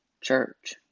church